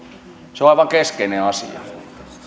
se on aivan keskeinen asia